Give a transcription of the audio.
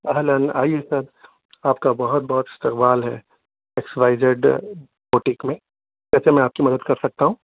اہلاً آئیے سر آپ کا بہت بہت استقبال ہے ایکس وائی زیڈ بوٹیک میں کیسے میں آپ کی مدد کرسکتا ہوں